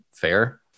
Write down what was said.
fair